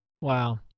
Wow